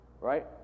right